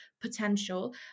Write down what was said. potential